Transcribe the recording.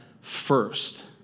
first